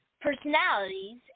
personalities